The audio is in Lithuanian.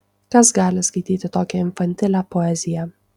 kas gali skaityti tokią infantilią poeziją